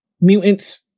mutants